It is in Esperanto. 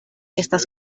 estas